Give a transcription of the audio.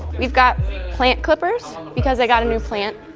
we've got plant clippers because i gotta new plant.